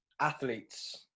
athletes